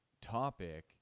topic